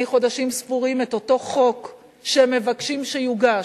חודשים ספורים את אותו חוק שמבקשים שיוגש,